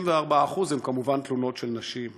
74% הם כמובן תלונות של נשים.